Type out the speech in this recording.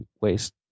waste